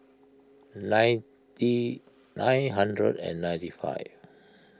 ninety nine hundred and ninety five